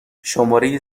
شماره